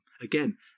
Again